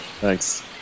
Thanks